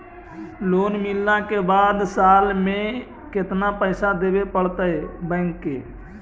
Loan मिलला के बाद साल में केतना पैसा देबे पड़तै बैक के?